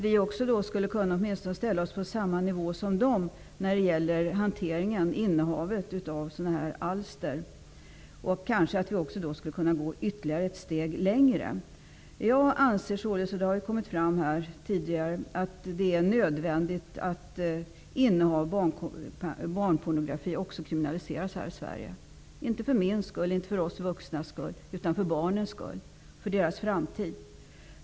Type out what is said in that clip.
Vi skulle åtminstone kunna ställa oss på samma nivå som Norge när det gäller hanteringen och innehavet av sådana här alster -- vi kanske skulle kunna gå ett steg längre. Jag anser således att det är nödvändigt att kriminalisera också innehav av barnpornografi i Sverige -- inte för min skull eller för de vuxnas skull, utan för barnens skull, för deras framtid.